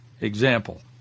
example